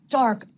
dark